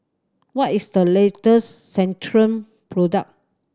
what is the latest Centrum product